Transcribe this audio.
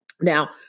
Now